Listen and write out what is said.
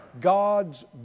God's